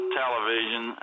television